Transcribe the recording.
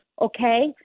okay